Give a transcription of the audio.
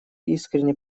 искренне